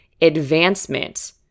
advancement